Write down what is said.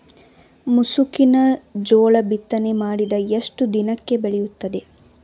ಮುಸುಕಿನ ಜೋಳ ಬಿತ್ತನೆ ಮಾಡಿದ ಎಷ್ಟು ದಿನಕ್ಕೆ ಬೆಳೆಯುತ್ತದೆ?